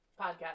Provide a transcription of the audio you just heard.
podcast